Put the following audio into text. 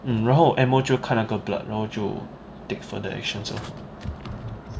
mm 然后 M O 就看那个 blood 然后就 take further actions lor